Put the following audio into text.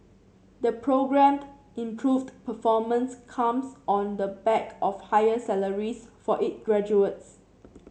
the programmed improved performance comes on the back of higher salaries for it graduates